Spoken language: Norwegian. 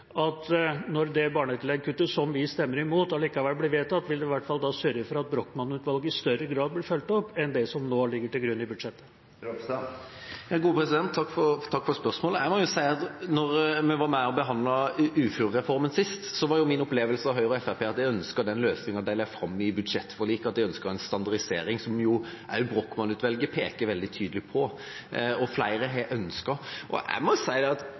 Når det barnetillegget kuttes – vi stemmer imot, men det blir allikevel vedtatt – vil representanten i hvert fall sørge for at Brochmann-utvalget i større grad blir fulgt opp enn det som nå ligger til grunn i budsjettet? Takk for spørsmålet. Jeg må jo si at da vi var med og behandlet uførereformen sist, var min opplevelse av Høyre og Fremskrittspartiet at de ønsket den løsningen de la fram i budsjettforliket, at de ønsket en standardisering, som også Brochmann-utvalget peker veldig tydelig på, og som flere har ønsket. Når det gjelder barnetillegget til uføre, er det